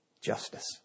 justice